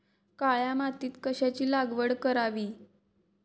काळ्या मातीत कशाची लागवड करावी?